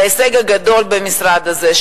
ולהישג הגדול במשרד הזה,